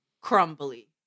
Crumbly